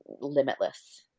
limitless